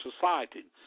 society